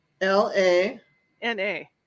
L-A-N-A